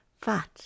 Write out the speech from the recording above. fat